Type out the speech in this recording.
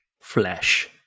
flesh